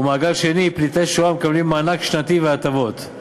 ומעגל שני, פליטי שואה המקבלים מענק שנתי והטבות.